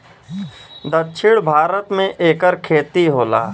दक्षिण भारत मे एकर खेती होला